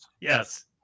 Yes